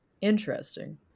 interesting